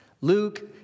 Luke